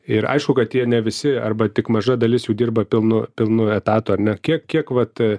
ir aišku kad jie ne visi arba tik maža dalis jų dirba pilnu pilnu etatu ar ne kiek kiek vat